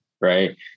Right